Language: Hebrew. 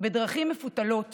בדרכים מפותלות